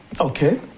Okay